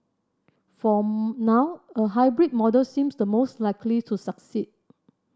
for now a hybrid model seems the most likely to succeed